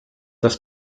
das